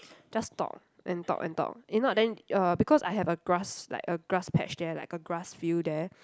just talk and talk and talk if not then uh because I have a grass like a grass patch there like a grass field there